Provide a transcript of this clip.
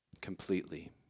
completely